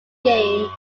game